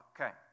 Okay